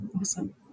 Awesome